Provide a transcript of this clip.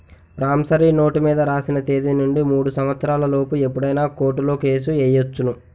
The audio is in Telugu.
ప్రామిసరీ నోటు మీద రాసిన తేదీ నుండి మూడు సంవత్సరాల లోపు ఎప్పుడైనా కోర్టులో కేసు ఎయ్యొచ్చును